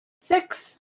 six